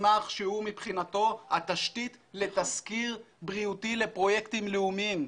מסמך שהוא מבחינתו התשתית לתסקיר בריאותי לפרויקטים לאומיים.